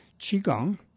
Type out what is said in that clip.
Qigong